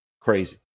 crazy